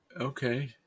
Okay